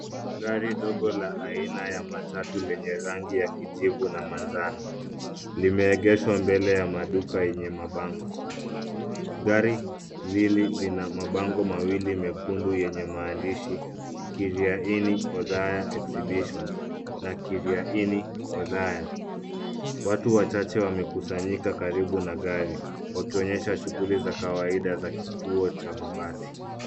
Gari dogo la aina ya matatu lenye rangi ya kijivu na manjano, limeegeshwa mbele ya maduka yenye mabango. Gari lili lina mabango mawili mekundu yenye maandishi Kiriani Othaya Exhibition na Kiriani Othaya. Watu wachache wamekusanyika karibu na gari, wakionyesha shughuli za kawaida za kituo cha mabasi.